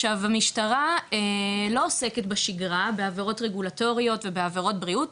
עכשיו המשטרה לא עוסקת בשגרה בעבירות רגולטוריות ובעבירות בריאות,